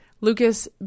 lucas